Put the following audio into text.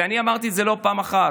ואני אמרתי את זה לא פעם אחת,